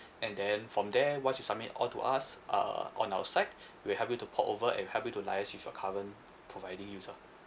and then from there once you submit all to us uh on our side we'll help you to port over and help you to liaise with your current providing use lah